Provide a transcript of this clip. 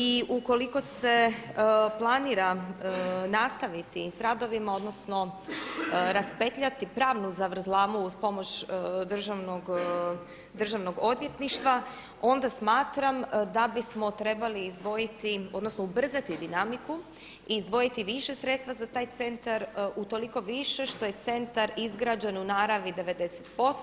I ukoliko se planira nastaviti sa radovima, odnosno raspetljati pravnu zavrzlamu uz pomoć državnog odvjetništva onda smatram da bismo trebali izdvojiti, odnosno ubrzati dinamiku i izdvojiti više sredstva za taj centar, utoliko više što je centar izgrađen u naravi 90%